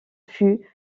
fut